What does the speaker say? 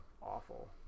awful